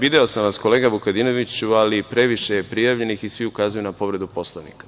Video sam vas, kolega Vukadinoviću, ali previše je prijavljenih i svi ukazuju na povredu Poslovnika.